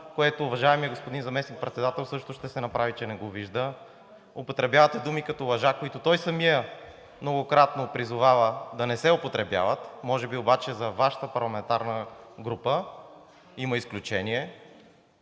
което уважаемият господин заместник-председател също ще се направи, че не го вижда. Употребявате думи, като лъжа, които той самият многократно призовава да не се употребяват. Може би обаче за Вашата парламентарна група има изключение.